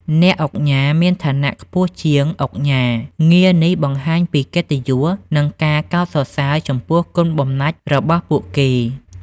អ្នកឧកញ៉ា មានឋានៈខ្ពស់ជាង ឧកញ៉ា ងារនេះបង្ហាញពីកិត្តិយស និងការកោតសរសើរចំពោះគុណបំណាច់របស់ពួកគេ។